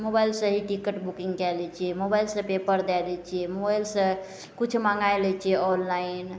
मोबाइलसे ही ticket booking कै लै छियै मोबाइलसे पेपर दै दै छिए मोबाइलसे किछु मँगै लै छिए ऑनलाइन